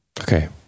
Okay